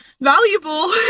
valuable